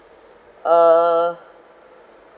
uh